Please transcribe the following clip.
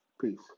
Peace